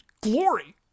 glory